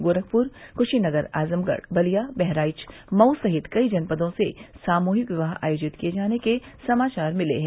गोरखपुर कुशीनगर आजमगढ़ बलिया बहराइच मऊ सहित कई जनपदों से सामूहिक विवाह आयोजित किये जाने के समाचार मिले हैं